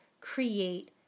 create